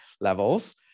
levels